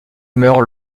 meurt